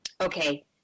okay